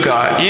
God